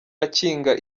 akinga